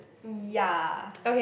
ya